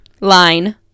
Line